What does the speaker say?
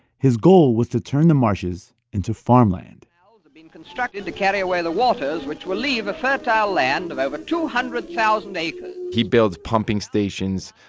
his goal was to turn the marshes into farmland. and been constructed to carry away the waters, which will leave a fertile land of over two hundred thousand acres he builds pumping stations,